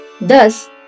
Thus